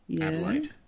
Adelaide